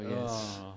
yes